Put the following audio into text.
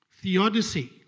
Theodicy